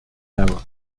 level